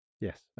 Yes